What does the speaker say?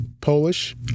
Polish